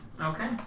Okay